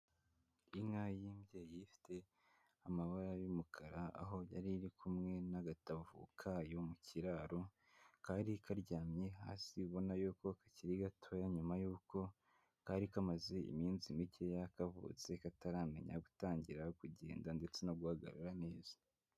Inka y'imbyeyi ifite amabara y'umukara, aho yari iri kumwe n'agatavu kayo mu kiraro, kari karyamye hasi ubona yuko kakiri gatoya, nyuma y'uko kari kamaze iminsi mikeya kavutse kataramenya gutangira kugenda ndetse no guhagarara neza.